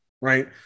right